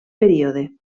període